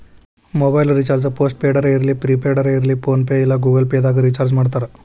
mobile recharge post ಪೇಡರ ಇರ್ಲಿ prepaid ಇರ್ಲಿ ಫೋನ್ಪೇ ಇಲ್ಲಾ ಗೂಗಲ್ ಪೇದಾಗ್ ರಿಚಾರ್ಜ್ಮಾಡ್ತಾರ